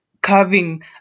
carving